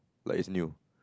like it's new